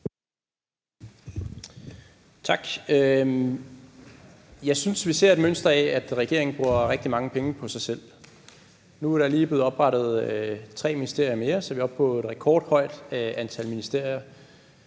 Tak. Jeg synes, vi ser et mønster af, at regeringen bruger rigtig mange penge på sig selv. Nu er der lige blevet oprettet tre ministerier mere, så vi er oppe på et rekordhøjt antal ministerier,